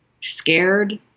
scared